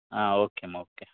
ஆ ஓகேம்மா ஓகே